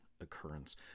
occurrence